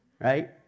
Right